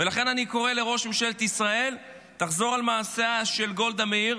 ולכן אני קורא לראש ממשלת ישראל: חזור על מעשה של גולדה מאיר,